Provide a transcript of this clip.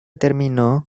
terminó